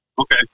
Okay